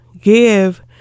Give